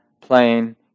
playing